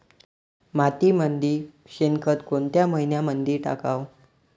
मातीमंदी शेणखत कोनच्या मइन्यामंधी टाकाव?